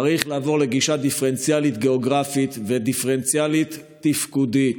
צריך לעבור לגישה דיפרנציאלית גיאוגרפית ודיפרנציאלית תפקודית.